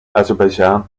azerbaijan